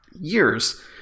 years